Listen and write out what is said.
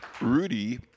Rudy